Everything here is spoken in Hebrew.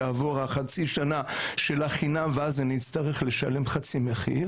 תעבור חצי השנה שבחינם ואני אצטרך לשלם חצי מחיר.